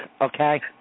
okay